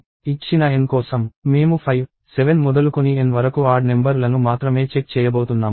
ఇచ్చిన N కోసం మేము 5 7 మొదలుకొని N వరకు ఆడ్ నెంబర్ లను మాత్రమే చెక్ చేయబోతున్నాము